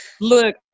look